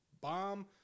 bomb